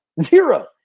zero